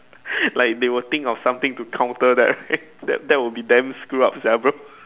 like they will think of something to counter that right that that would be damn screw up sia bro